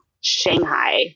Shanghai